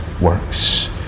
works